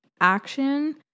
action